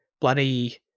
bloody